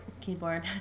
keyboard